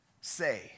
say